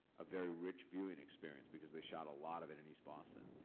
a very rich viewing experience because they shot a lot of it in east boston.